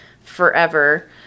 forever